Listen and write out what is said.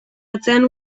atzean